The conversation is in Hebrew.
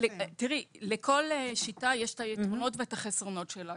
לכל שיטה יש את היתרונות ואת החסרונות שלה.